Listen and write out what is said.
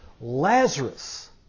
Lazarus